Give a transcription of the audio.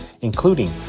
including